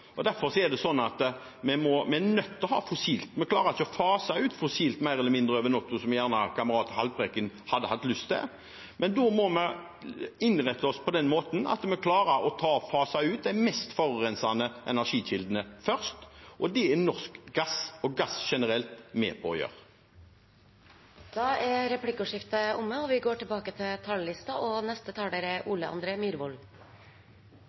og derfor er vi nødt til å ha fossilt. Vi klarer ikke å fase ut fossilt mer eller mindre over natten, som kamerat Haltbrekken gjerne hadde hatt lyst til, men da må vi innrette oss på den måten at vi klarer å fase ut de mest forurensende energikildene først, og det er norsk gass og gass generelt med på å gjøre. Replikkordskiftet er omme. For Senterpartiet er det ingen tvil: Klimaendringene er vår tids største utfordring – endringer skapt som følge av et stort og